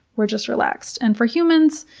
we're just relaxed. and for humans,